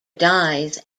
dies